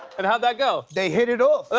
and how'd that go? they hit it off.